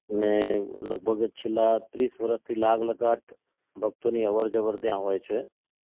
ને લગભગ છેલ્લાં ત્રીસ વર્ષથી લગલગાટ ભક્તોની અવર જવર ત્યાં હોય છે